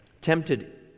tempted